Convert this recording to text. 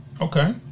okay